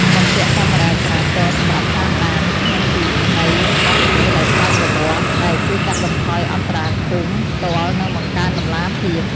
បំពាក់កាមេរ៉ាចរាចរណ៍ សម្រាប់តាមដាន និងពិន័យបទល្មើសដោយស្វ័យប្រវត្តិ ដែលជួយកាត់បន្ថយអន្តរាគមន៍ផ្ទាល់ និងបង្កើនតម្លាភាព។